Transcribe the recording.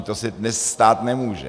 To se dnes stát nemůže.